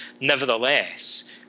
nevertheless